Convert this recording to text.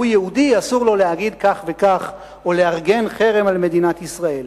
יהודי אסור לו להגיד כך וכך או לארגן חרם על מדינת ישראל,